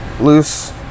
loose